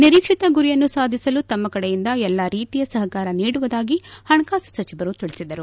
ನಿರೀಕ್ಷಿತ ಗುರಿಯನ್ನು ಸಾಧಿಸಲು ತಮ್ಮ ಕಡೆಯಿಂದ ಎಲ್ಲ ರೀತಿಯ ಸಪಕಾರ ನೀಡುವುದಾಗಿ ಹಣಕಾಸು ಸಚಿವರು ತಿಳಿಸಿದರು